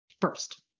first